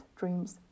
dreams